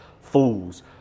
fools